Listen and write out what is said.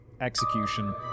Execution